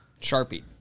Sharpie